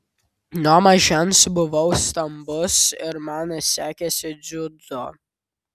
nuo mažens buvau stambus ir man sekėsi dziudo